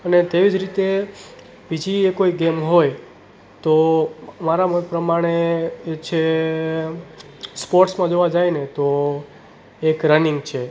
અને તેવી જ રીતે બીજી એ કોઈ ગેમ હોય તો મારા મત પ્રમાણે એ છે સ્પોર્ટ્સમાં જોવા જઈએ ને તો એક રનીંગ છે